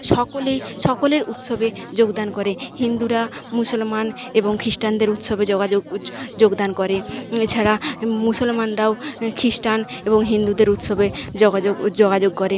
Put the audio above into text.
সকলেই সকলের উৎসবে যোগদান করে হিন্দুরা মুসলমান এবং খিস্টানদের উৎসবে যোগাযোগ যোগদান করে এছাড়া মুসলমানরাও খিস্টান এবং হিন্দুদের উৎসবে যোগাযোগ যোগাযোগ করে